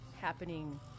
happening